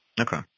Okay